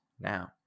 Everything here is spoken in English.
now